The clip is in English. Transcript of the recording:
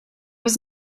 was